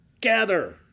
gather